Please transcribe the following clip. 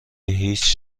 هیچ